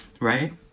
right